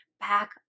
back